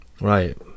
Right